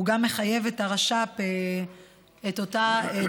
הוא גם מחייב את הרש"פ באותה דרישה,